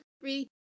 three